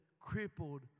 crippled